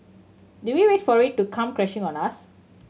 do we wait for it to come crashing on us